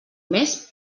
mes